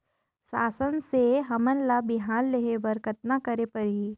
शासन से हमन ला बिहान लेहे बर कतना करे परही?